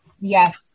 Yes